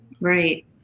Right